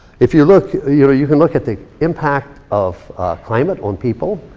if you look, you know you can look at the impact of climate on people.